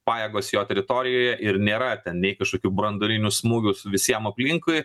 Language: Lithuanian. pajėgos jo teritorijoje ir nėra ten nei kažkokių branduolinių smūgių visiem aplinkui